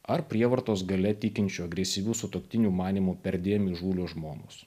ar prievartos galia tikinčių agresyvių sutuoktinių manymu perdėm įžūlios žmonos